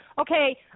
Okay